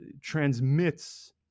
transmits